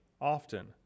often